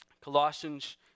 Colossians